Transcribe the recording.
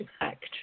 effect